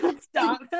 stop